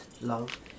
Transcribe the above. love